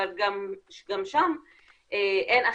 אבל גם שם אין אכיפה.